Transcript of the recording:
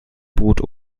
boot